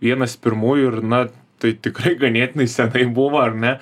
vienas pirmųjų ir na tai tikrai ganėtinai senai buvo ar ne